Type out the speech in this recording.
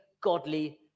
godly